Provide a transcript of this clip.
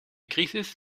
crisis